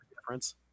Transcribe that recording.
difference